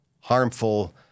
harmful